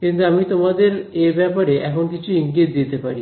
কিন্তু আমি তোমাদের এ ব্যাপারে এখন কিছু ইঙ্গিত দিতে পারি